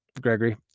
Gregory